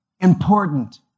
important